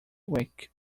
week